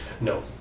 No